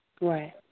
Right